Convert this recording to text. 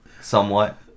somewhat